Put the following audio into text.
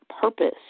purpose